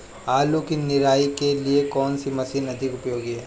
आलू की निराई के लिए कौन सी मशीन अधिक उपयोगी है?